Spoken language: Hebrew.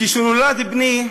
כשנולד בני,